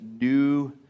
new